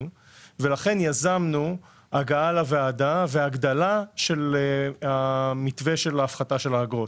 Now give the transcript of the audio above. לכן יזמנו הגעה לוועדה והגדלה של המתווה של ההפחתה של האגרות.